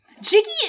Jiggy